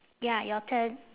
ya your turn